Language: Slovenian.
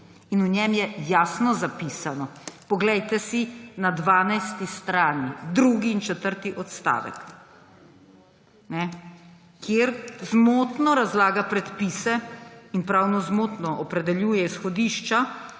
V njem je jasno zapisano, poglejte si na 12. strani, drugi in četrti odstavek, kjer zmotno razlaga predpise in prav nezmotno opredeljuje izhodišča